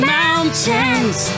mountains